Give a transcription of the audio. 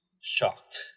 shocked